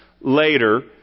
later